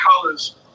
colors